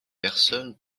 personne